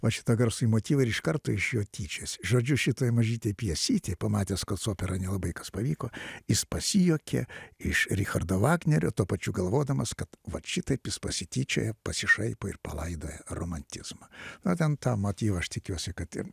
va šitą garsųjį motyvą ir iš karto iš jo tyčiojasi žodžiu šitoj mažytėj pjesytėj pamatęs kad su opera nelabai kas pavyko jis pasijuokė iš richardo vagnerio tuo pačiu galvodamas vat šitaip jis pasityčioja pasišaipo ir palaidoja romantizmą na ten tą motyvą aš tikiuosi kad